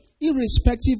irrespective